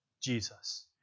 Jesus